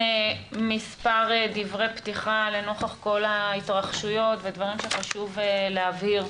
כמה דברי פתיחה לנוכח כל ההתרחשויות ודברים שחשוב להבהיר.